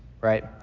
Right